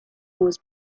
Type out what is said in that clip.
was